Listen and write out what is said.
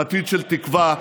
עתיד של תקווה.